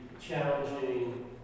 challenging